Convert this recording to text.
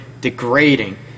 degrading